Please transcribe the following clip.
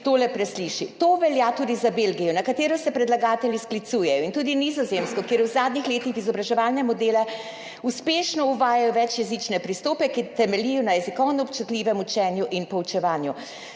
tole presliši. To velja tudi za Belgijo, na katero se predlagatelji sklicujejo, in tudi Nizozemsko, kjer v zadnjih letih v izobraževalne modele uspešno uvajajo večjezične pristope, ki temeljijo na jezikovno občutljivem učenju in poučevanju.